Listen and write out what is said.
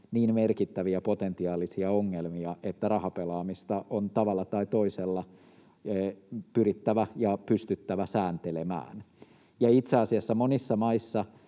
niin merkittäviä potentiaalisia ongelmia, että rahapelaamista on tavalla tai toisella pyrittävä ja pystyttävä sääntelemään. Itse asiassa monissa maissa